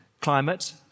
climate